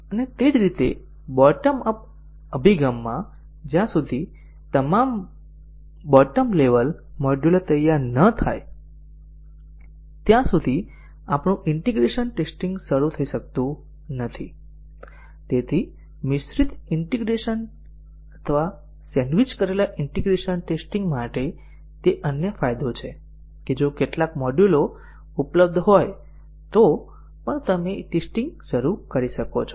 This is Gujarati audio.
અને તે જ રીતે બોટમ અપ અભિગમમાં જ્યાં સુધી તમામ બોટમ લેવલ મોડ્યુલો તૈયાર ન થાય ત્યાં સુધી આપણું ઈન્ટીગ્રેશન ટેસ્ટીંગ શરૂ થઈ શકતું નથી તેથી મિશ્રિત ઈન્ટીગ્રેશન અથવા સેન્ડવિચ કરેલા ઈન્ટીગ્રેશન ટેસ્ટીંગ માટે તે અન્ય ફાયદો છે કે જો કેટલાક મોડ્યુલો ઉપલબ્ધ હોય તો પણ તમે ટેસ્ટીંગ શરૂ કરી શકો છો